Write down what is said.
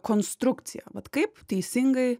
konstrukcija vat kaip teisingai